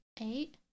eight